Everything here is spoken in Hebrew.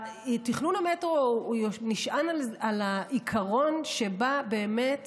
תכנון המטרו נשען על העיקרון שבא באמת